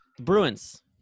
Bruins